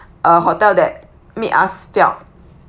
uh hotel that make us felt